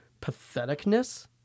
patheticness